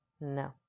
No